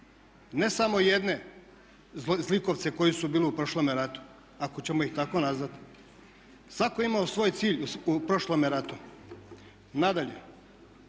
ne samo jedne zlikovce koji su bili u prošlome ratu ako ćemo ih tako nazvati. Svatko je imao svoj cilj u prošlome ratu. Nadalje,